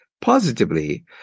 positively